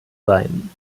sein